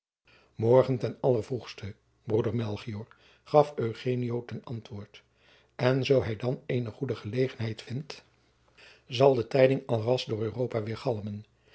morgen ten allervroegste broeder melchior gaf eugenio ten antwoord en zoo hij dan eene goede gelegenheid vindt zal de tijding alras door